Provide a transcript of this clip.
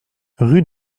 rue